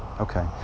Okay